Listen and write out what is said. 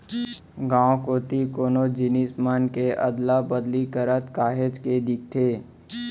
गाँव कोती कोनो जिनिस मन के अदला बदली करत काहेच के दिखथे